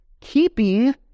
keeping